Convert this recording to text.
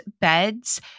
beds